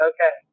Okay